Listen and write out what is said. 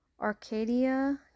Arcadia